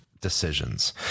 decisions